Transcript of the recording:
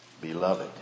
Beloved